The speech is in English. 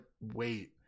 wait